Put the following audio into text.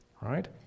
Right